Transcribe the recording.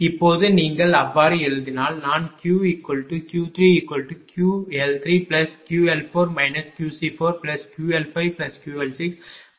இப்போது நீங்கள் அவ்வாறு எழுதினால் நான் Q Q3QL3QL4 QC4QL5QL6 மட்டுமே எழுதுகிறேன்